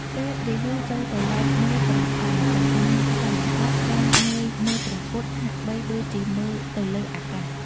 ពេលរាហូចូលទៅលបមើលព្រះអង្គកំពុងសឹង គាត់ត្រូវងើយមើលព្រះពុទ្ធ ហាក់បីដូចជាមើលទៅលើអាកាស។